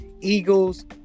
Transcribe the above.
Eagles